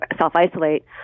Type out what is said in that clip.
self-isolate